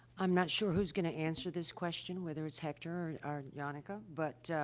i'm not sure who's going to answer this question, whether it's hector or janneke, ah but,